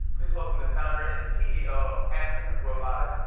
please welcome the founder and c e o. of hanson robotics,